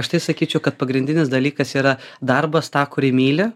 aš tai sakyčiau kad pagrindinis dalykas yra darbas tą kurį myli